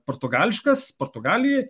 portugališkas portugalijoj